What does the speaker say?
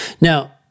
Now